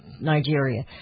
Nigeria